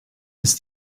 ist